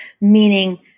meaning